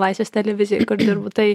laisvės televizijoj dirbu tai